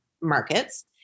markets